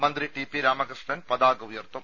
മന്ത്രി T P Ramakrishnan പതാക ഉയർത്തും